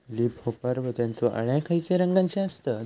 Leaf होपर व त्यानचो अळ्या खैचे रंगाचे असतत?